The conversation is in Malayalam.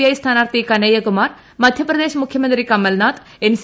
ഐ സ്ഥാനാർത്ഥി കനയ്യ കുമാർ മധ്യപ്രദേശ് മുഖ്യമന്ത്രി കമൽനാഥ് എൻസി